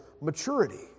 maturity